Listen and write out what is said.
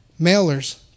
Mailers